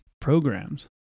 programs